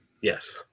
Yes